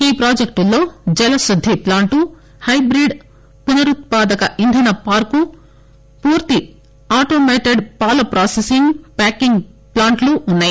ఈ ప్రాజెక్టుల్లో జలశుద్ది ప్లాంటు హైబ్రీడ్ పునరుత్పాదక ఇంధన పార్కు పూర్తి అటోమెటేడ్ పాల ప్రాసిసింగ్ ప్యాకింగ్ ప్లాంటు ఉన్నాయి